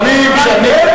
אני אתן לך.